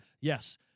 Yes